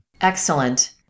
Excellent